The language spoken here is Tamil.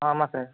ஆமாம் சார்